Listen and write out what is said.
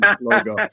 logo